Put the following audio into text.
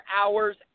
hours